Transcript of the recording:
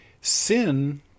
Sin